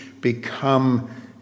become